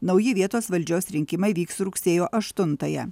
nauji vietos valdžios rinkimai vyks rugsėjo aštuntąją